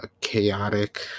chaotic